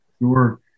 Sure